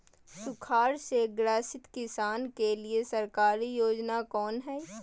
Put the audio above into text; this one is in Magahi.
सुखाड़ से ग्रसित किसान के लिए सरकारी योजना कौन हय?